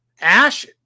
Ash